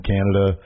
Canada